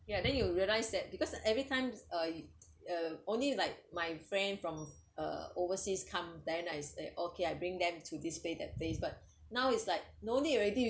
ya then you will realize that because everytime uh uh only like my friend from uh overseas come then I say okay I bring them to this place that place but now it's like no need already